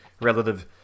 relative